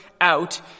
out